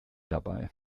dabei